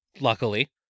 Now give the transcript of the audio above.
luckily